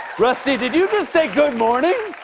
rusty, did you just say, good morning?